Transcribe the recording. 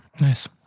Nice